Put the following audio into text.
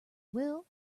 will